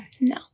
No